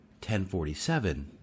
1047